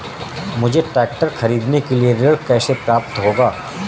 मुझे ट्रैक्टर खरीदने के लिए ऋण कैसे प्राप्त होगा?